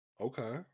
Okay